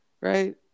Right